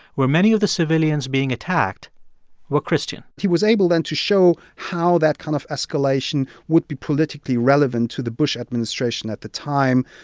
where many of the civilians being attacked were christian he was able, then, to show how that kind of escalation would be politically relevant to the bush administration at the time,